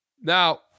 Now